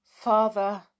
father